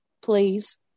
Please